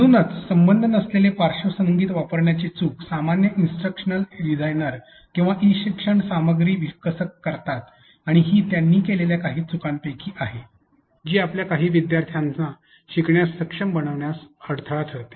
म्हणूनच संबंध नसलेले पार्श्वसंगीत वापरण्यासाठी चूक सामान्य इन्सट्रक्शन डिझाइनर किंवा ई शिक्षण सामग्री विकसक करतात आणि हि त्यांनी केलेल्या काही चुकांपैकी आहे जी आपल्या काही विद्यार्थ्यांना शिकण्यास सक्षम बनण्यास अडथळा बनते